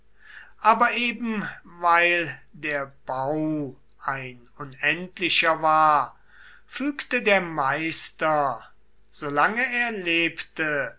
aber eben weil der bau ein unendlicher war fügte der meister solange er lebte